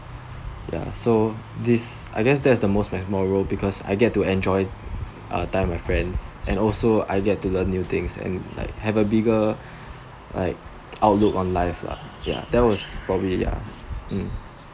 ya so this I guess that's the most memorable because I get to enjoy uh time with my friends and also I get to learn new things and like have a bigger like outlook on life lah ya that was probably ya mm